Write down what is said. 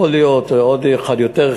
יכול להיות אחד יותר,